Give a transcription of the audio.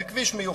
זה כביש מיוחד,